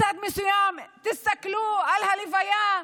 מצד מסוים: תסתכלו על הלוויה,